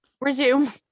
Resume